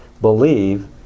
believe